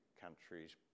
countries